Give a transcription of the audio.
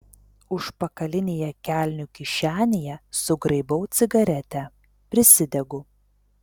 užpakalinėje kelnių kišenėje sugraibau cigaretę prisidegu